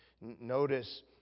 Notice